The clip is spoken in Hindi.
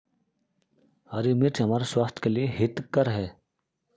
हरी मिर्च हमारे स्वास्थ्य के लिए हितकर हैं